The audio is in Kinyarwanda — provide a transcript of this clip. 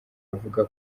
avuga